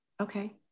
Okay